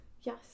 Yes